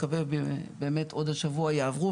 אני מקווה שבאמת עוד השבוע יעברו,